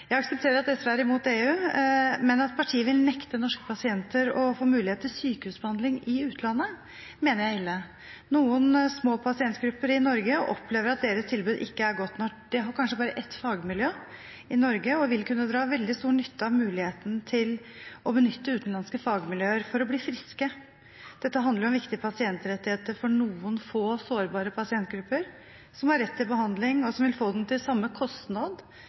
Jeg aksepterer at SV er imot EU, men at partiet vil nekte norske pasienter å få mulighet til sykehusbehandling i utlandet, mener jeg er ille. Noen små pasientgrupper i Norge opplever at deres tilbud ikke er godt nok. Det er kanskje bare ett fagmiljø i Norge, og de vil kunne dra veldig stor nytte av muligheten til å benytte utenlandske fagmiljøer for å bli friske. Dette handler om viktige pasientrettigheter for noen få, sårbare pasientgrupper, som har rett til behandling, og som vil få den til samme kostnad